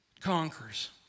conquers